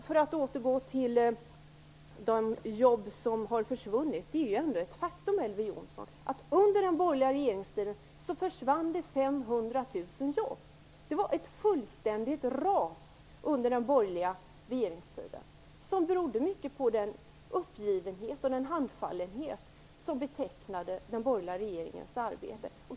För att återgå till de jobb som har försvunnit är det ändå ett faktum, Elver Jonsson, att under den borgerliga regeringstiden försvann 500 000 jobb. Det var ett fullständigt ras under den borgerliga regeringstiden, som mycket berodde på den uppgivenhet och den handfallenhet som betecknade den borgerliga regeringens arbete.